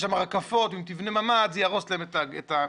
רקפות ואם תבנה ממ"ד זה יהרוס את הגינה.